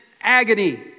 agony